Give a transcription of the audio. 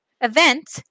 event